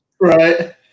right